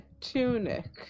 tunic